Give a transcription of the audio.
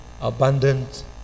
abundant